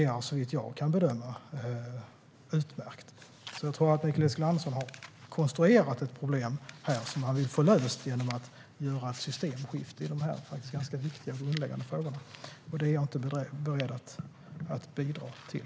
Såvitt jag kan bedöma fungerar det utmärkt. Jag tror att Mikael Eskilandersson har konstruerat ett problem som han vill få löst genom att göra ett systemskifte i dessa viktiga och grundläggande frågor, men det är jag inte beredd att bidra till.